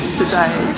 today